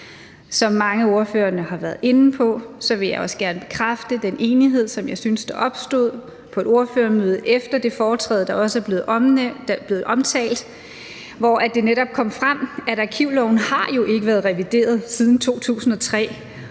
Som mange af ordførererne har været inde på, vil jeg også gerne bekræfte den enighed, som jeg synes der opstod på et ordførermøde efter det foretræde, der også er blevet omtalt, hvor det netop kom frem, at arkivloven jo ikke har været revideret siden 2003.